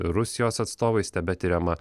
rusijos atstovais tebetiriama